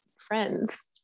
friends